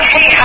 Hey